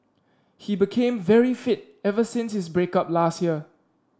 he became very fit ever since his break up last year